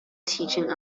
teaching